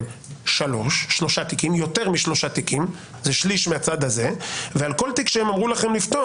יותר משלושה תיקים ועל כל תיק שהם אמרו להם לפתוח,